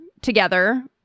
together